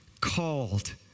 called